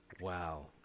Wow